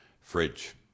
fridge